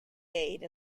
made